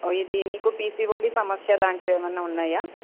ఇది మీకు పిసిఒడి సమస్య లాంటివి ఏమైనా ఉన్నాయా